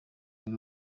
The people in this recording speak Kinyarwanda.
buri